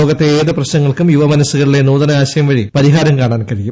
ലോകത്തെ ഏതു പ്രശ്നങ്ങൾക്കും യുവ മനസ്റ്റുകളിലെ നൂതന ആശയം വഴി പരിഹാരം കാണാൻ കഴിയും